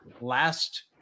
last